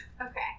Okay